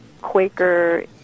Quaker